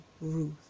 Ruth